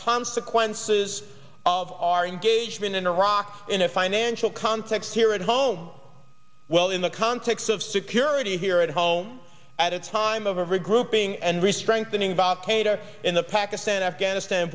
consequences of our engagement in iraq in a financial context here at home well in the context of security here at home at a time of regrouping and re strengthening both qaeda in the pakistan afghanistan